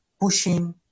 pushing